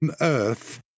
earth